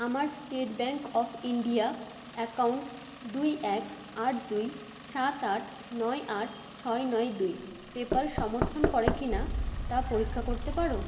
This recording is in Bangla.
আমার State Bank of India account দুই এক আট দুই সাত আট নয় আট ছয় নয় দুই পেপ্যাল সমর্থন করে কি না তা পরীক্ষা করতে পারো